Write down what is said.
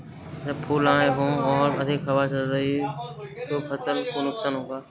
जब फूल आए हों और अधिक हवा चले तो फसल को नुकसान होगा?